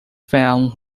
found